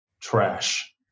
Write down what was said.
trash